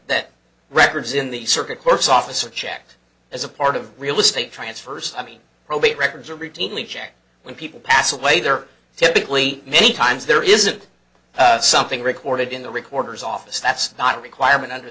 that records in the circuit courts office of checked as a part of real estate transfers i mean probate records are routinely checked when people pass away they're typically many times there isn't something recorded in the recorder's office that's not a requirement under